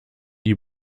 die